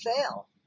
fail